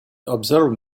observe